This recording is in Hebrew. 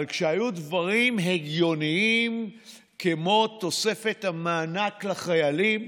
אבל כשהיו דברים הגיוניים כמו תוספת המענק לחיילים,